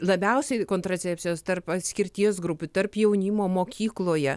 labiausiai kontracepcijos tarp atskirties grupių tarp jaunimo mokykloje